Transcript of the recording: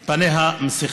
על פניה מסכה,